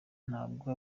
ntabwo